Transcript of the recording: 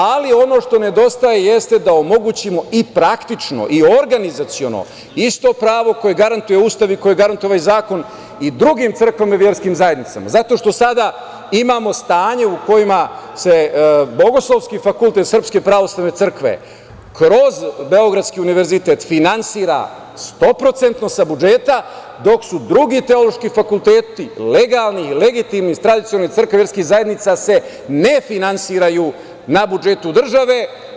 Ali, ono što nedostaje jeste da omogućimo i praktično i organizaciono isto pravo koje garantuje Ustav i koje garantuje ovaj zakon i drugim crkvama i verskim zajednicama, zato što sada imamo stanje u kojem se Bogoslovski fakultet SPC kroz Beogradski univerzitet finansira 100% sa budžeta, dok su drugi teološki fakulteti legalni i legitimni iz tradicionalnih crkava i verskih zajednica se ne finansiraju na budžetu države.